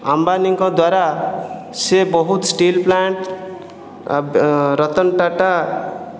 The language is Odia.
ଅମ୍ବାନୀଙ୍କ ଦ୍ଵାରା ସେ ବହୁତ ଷ୍ଟିଲ୍ ପ୍ଳାଣ୍ଟ ରତନ ଟାଟା